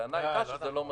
הטענה הייתה שזה לא מספיק.